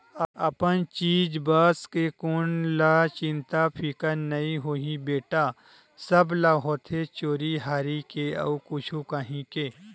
अपन चीज बस के कोन ल चिंता फिकर नइ होही बेटा, सब ल होथे चोरी हारी के अउ कुछु काही के